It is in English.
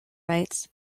rights